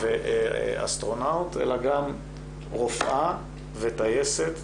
ו"אסטרונאוט" אלא גם "רופאה", "טייסת"